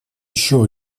еще